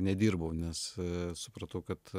nedirbau nes supratau kad